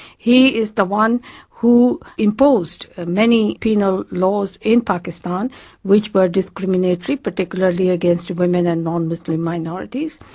he is the one who imposed many penal laws in pakistan which were discriminatory, particularly against women and non-muslim minorities.